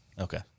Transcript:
Okay